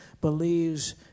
believes